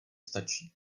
stačí